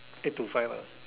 eight to five ah